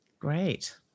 Great